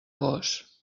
gos